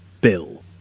bill